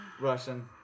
Russian